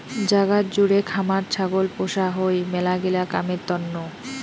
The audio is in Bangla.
জাগাত জুড়ে খামার ছাগল পোষা হই মেলাগিলা কামের তন্ন